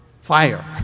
Fire